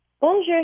Bonjour